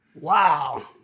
Wow